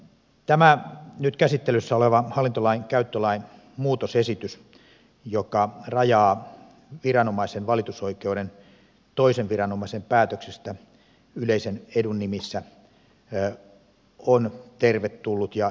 tämä nyt käsittelyssä oleva hallintolainkäyttölain muutosesitys joka rajaa viranomaisen valitusoikeuden toisen viranomaisen päätöksestä yleisen edun nimissä on tervetullut ja tarpeen